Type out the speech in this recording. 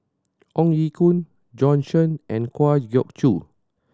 Ong Ye Kung Bjorn Shen and Kwa Geok Choo